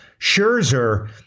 Scherzer